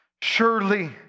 Surely